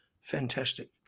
fantastic